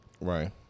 Right